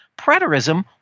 preterism